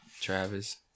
Travis